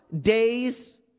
days